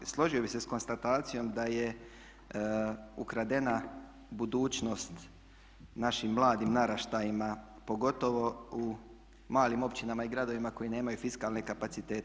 Složio bih se sa konstatacijom da je ukradena budućnost našim mladim naraštajima pogotovo u malim općinama i gradovima koji nemaju fiskalne kapacitete.